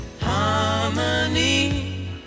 harmony